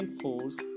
force